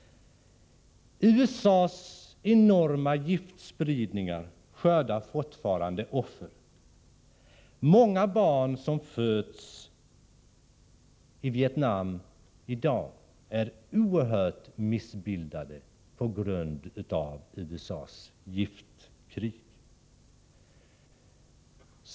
USA:s enorma giftspridningar skördar fortfarande offer. Många barn som föds i Vietnam i dag är oerhört missbildade på grund av USA:s giftkrig.